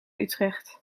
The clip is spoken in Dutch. utrecht